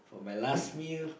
my last meal